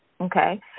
okay